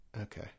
Okay